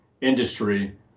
industry